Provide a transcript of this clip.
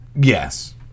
Yes